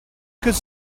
could